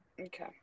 Okay